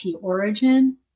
origin